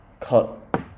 cut